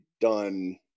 done